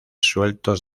sueltos